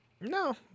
No